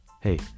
Hey